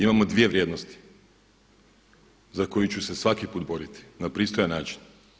Imamo dvije vrijednosti za koju ću se svaki put boriti na pristojan način.